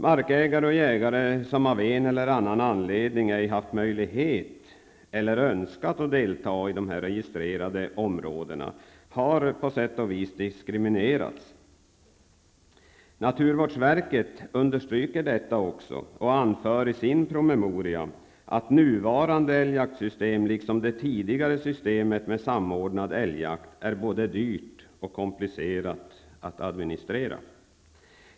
Markägare och jägare som av en eller annan anledning ej haft möjlighet eller önskat delta i de registrerade områdena har på sätt och vis diskriminerats. Naturvårdsverket understryker också detta och anför i sin promemoria att nuvarande älgjaktssystem liksom det tidigare systemet med samordnad älgjakt är både dyrt och komplicerat att administrera.